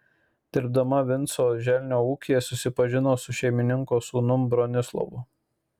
dirbdama vinco želnio ūkyje susipažino su šeimininko sūnum bronislovu